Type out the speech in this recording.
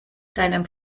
deinem